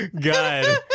God